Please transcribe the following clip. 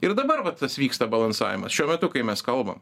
ir dabar va tas vyksta balansavimas šiuo metu kai mes kalbam